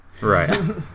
Right